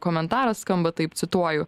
komentaras skamba taip cituoju